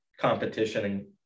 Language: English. Competition